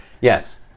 Yes